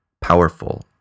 powerful